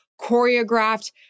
choreographed